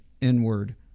inward